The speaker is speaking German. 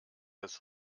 das